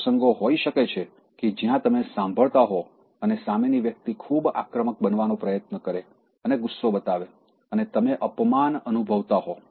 એવા પ્રસંગો હોઈ શકે છે જ્યાં તમે સાંભળતા હો અને સામેની વ્યક્તિ ખૂબ આક્રમક બનવાનો પ્રયત્ન કરે અને ગુસ્સો બતાવે અને તમે અપમાન અનુભવતા હોય